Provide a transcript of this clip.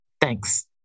Thanks